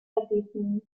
everything